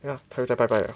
ya 他哟在拜拜了